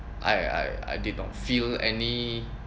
I I I did not feel any